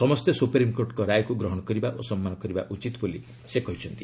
ସମସ୍ତେ ସୁପ୍ରିମ୍କୋର୍ଟଙ୍କ ରାୟକୁ ଗ୍ରହଣ କରିବା ଓ ସମ୍ମାନ କରିବା ଉଚିତ୍ ବୋଲି ସେ କହିଛନ୍ତି